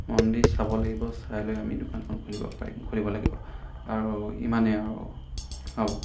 মন দি চাব লাগিব চাই লৈ আমি দোকানখন খুলিব পাৰিম খুলিব লাগিব আৰু ইমানেই আৰু হ'ব